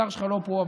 השר שלך לא פה,